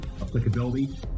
applicability